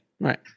Right